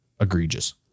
egregious